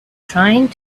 trying